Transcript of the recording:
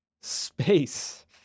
Space